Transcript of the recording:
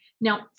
Now